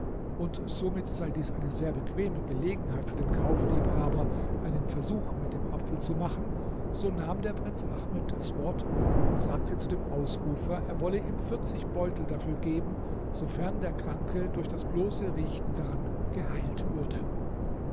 und somit sei dies eine sehr bequeme gelegenheit für den kaufliebhaber einen versuch mit dem apfel zu machen so nahm der prinz ahmed das wort und sagte zu dem ausrufer er wolle ihm vierzig beutel dafür geben sofern der kranke durch das bloße riechen daran geheilt würde